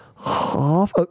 Half